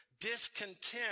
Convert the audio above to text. discontent